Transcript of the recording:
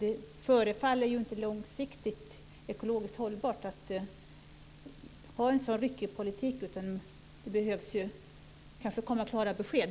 Det förefaller inte långsiktigt ekologiskt hållbart att ha en sådan ryckig politik, utan det behövs klara besked.